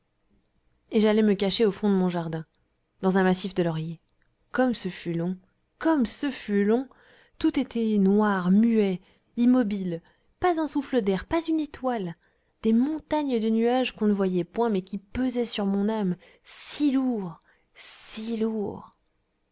et j'allai me cacher au fond de mon jardin dans un massif de lauriers comme ce fut long comme ce fut long tout était noir muet immobile pas un souffle d'air pas une étoile des montagnes de nuages qu'on ne voyait point mais qui pesaient sur mon âme si lourds si lourds